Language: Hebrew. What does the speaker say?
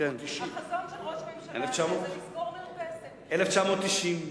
צ'יק-צ'ק לסגור מרפסת, לעשות 'חת-שתיים.